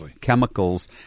chemicals